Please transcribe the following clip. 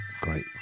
great